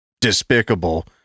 despicable